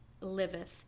liveth